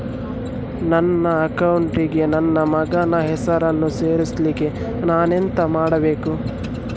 ನನ್ನ ಅಕೌಂಟ್ ಗೆ ನನ್ನ ಮಗನ ಹೆಸರನ್ನು ಸೇರಿಸ್ಲಿಕ್ಕೆ ನಾನೆಂತ ಮಾಡಬೇಕು?